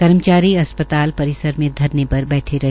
कर्मचारी अस्पताल परिसर में धरने पर बैठे रहे